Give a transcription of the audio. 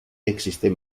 existen